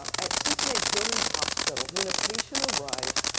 at cincinnati children's hospital, when a patient arrives,